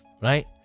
right